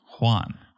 Juan